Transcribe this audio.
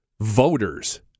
voters